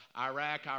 Iraq